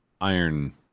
iron